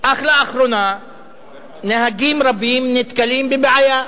אך לאחרונה נהגים רבים נתקלים בבעיה.